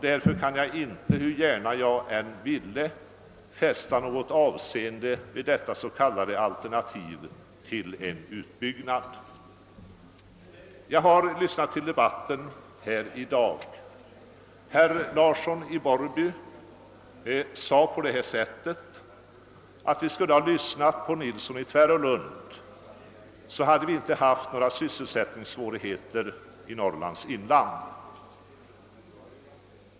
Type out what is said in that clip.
Därför kan jag inte, hur gärna jag än ville, fästa något större avseende vid detta s.k. alternativ till en utbyggnad. Under dagens debatt sade herr Larsson i Borrby att vi borde ha lyssnat till herr Nilsson i Tvärålund, så hade vi inte haft några sysselsättningssvårigheter i Norrlands inland.